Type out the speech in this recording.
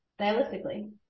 stylistically